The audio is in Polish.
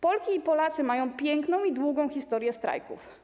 Polki i Polacy mają piękną i długą historię strajków.